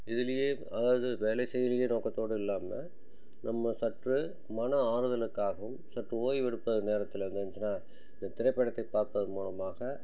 இதுலேயே அதாவது வேலை செய்கிறியே நோக்கத்தோடு இல்லாமல் நம்ம சற்று மன ஆறுதலுக்காகவும் சற்று ஓய்வெடுக்க நேரத்தில் இது இருந்ச்சின்னா இந்த திரைப்படத்தை பார்ப்பது மூலமாக